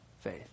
faith